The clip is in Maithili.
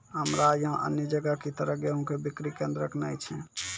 हमरा यहाँ अन्य जगह की तरह गेहूँ के बिक्री केन्द्रऽक नैय छैय?